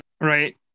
right